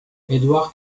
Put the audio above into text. edward